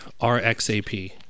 RXAP